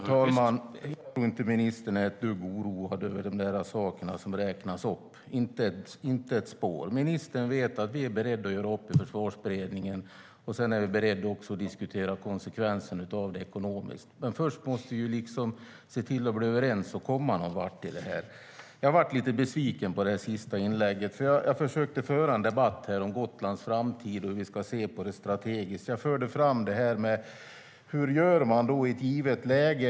Herr talman! Jag tror inte att ministern är ett dugg oroad över de sakerna som räknades upp, inte ett spår. Ministern vet att vi är beredda att upp i Försvarsberedningen, och vi är också beredda att diskutera konsekvenserna av det ekonomiskt. Först måste vi dock se till att komma överens och komma någonvart. Jag blev lite besviken på det sista inlägget. Jag försökte nämligen föra en debatt om Gotlands framtid och om hur vi ska se på det strategiskt. Jag förde fram frågan om hur man ska göra i ett givet läge.